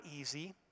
easy